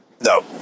No